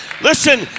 listen